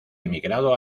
emigrado